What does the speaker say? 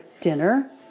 dinner